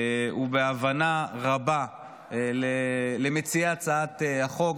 ובהבנה רבה למציעי הצעת החוק,